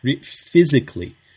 physically